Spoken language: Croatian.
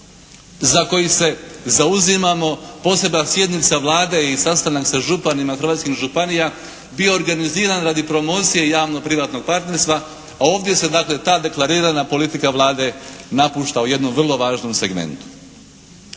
za koji se zauzimamo posebna sjednica Vlade i sastanak sa županima hrvatskih županija bio organiziran radi promocije javno-privatnog partnerstva a ovdje se dakle ta deklarirana politika Vlade napušta u jednom vrlo važnom segmentu.